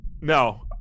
No